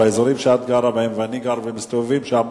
באזורים שאת גרה בהם ואני גר ומסתובבים שם,